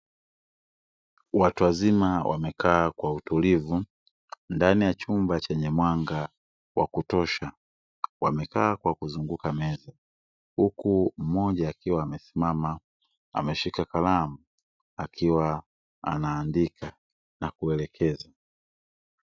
Watu wazima wamekaa kwa utulivu ndani ya chumba chenye mwanga wa kutosha. Wamekaa kwa kuzunguka meza huku mmoja akiwa amesimama ameshika kalamu akiwa anaandika na kuelekeza.